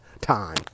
time